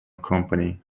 company